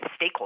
stakeholders